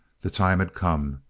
the time had come.